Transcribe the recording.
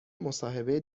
مصاحبه